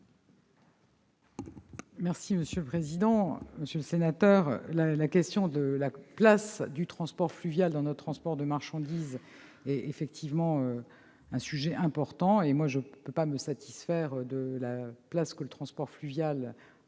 est à Mme la ministre. Monsieur le sénateur, la question de la place du transport fluvial dans notre transport de marchandises est effectivement un sujet important. Je ne peux pas me satisfaire de la place que le transport fluvial-